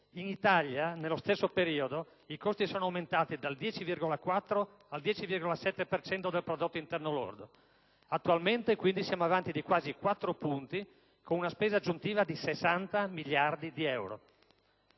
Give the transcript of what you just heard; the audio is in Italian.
In Italia, nello stesso periodo, i costi sono aumentati dal 10,4 al 10,7 per cento del PIL. Attualmente, quindi, siamo avanti di quasi 4 punti, con una spesa aggiuntiva di 60 miliardi di euro.